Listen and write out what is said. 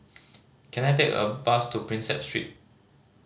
can I take a bus to Prinsep Street